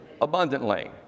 abundantly